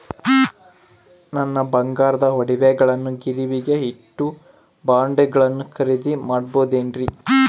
ನನ್ನ ಬಂಗಾರದ ಒಡವೆಗಳನ್ನ ಗಿರಿವಿಗೆ ಇಟ್ಟು ಬಾಂಡುಗಳನ್ನ ಖರೇದಿ ಮಾಡಬಹುದೇನ್ರಿ?